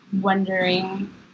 wondering